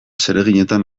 zereginetan